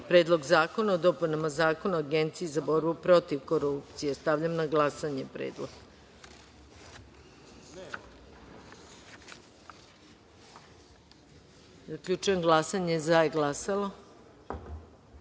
Predlog zakona o dopunama Zakona o Agenciji za borbu protiv korupcije. Stavljam na glasanje ovaj